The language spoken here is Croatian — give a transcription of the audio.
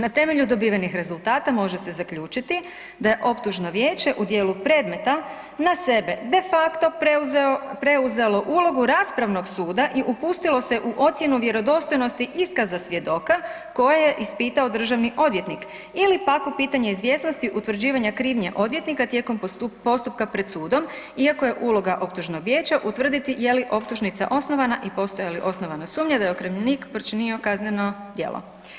Na temelju dobivenih rezultata može se zaključiti da je optužno vijeće u dijelu predmeta na sebe defacto preuzelo ulogu raspravnog suda i upustilo se u ocjenu vjerodostojnosti iskaza svjedoka koje je ispitao državni odvjetnik ili pak u pitanje izvjesnosti utvrđivanja krivnje odvjetnika tijekom postupka pred sudom iako je uloga optužnog vijeća utvrditi je li optužnica osnovana i postoji li osnovana sumnja da je okrivljenik počinio kazneno djelo.